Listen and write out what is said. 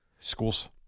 Schools